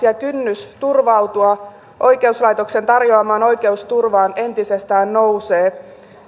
ja kynnys turvautua oikeuslaitoksen tarjoamaan oikeusturvaan entisestään nousee